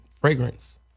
fragrance